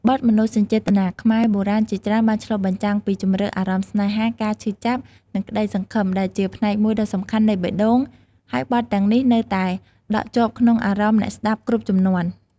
បទមនោសញ្ចេតនាខ្មែរបុរាណជាច្រើនបានឆ្លុះបញ្ចាំងពីជម្រៅអារម្មណ៍ស្នេហា ការឈឺចាប់ និងក្តីសង្ឃឹម ដែលជាផ្នែកមួយដ៏សំខាន់នៃបេះដូង ហើយបទទាំងនេះនៅតែដក់ជាប់ក្នុងអារម្មណ៍អ្នកស្តាប់គ្រប់ជំនាន់។